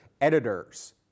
editors